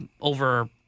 over